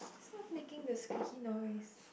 stop making the squeaky noise